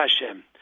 Hashem